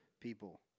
people